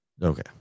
Okay